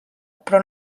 però